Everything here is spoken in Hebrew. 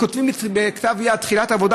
כותבים בכתב יד תחילת עבודה,